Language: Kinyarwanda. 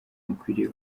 mukwiriye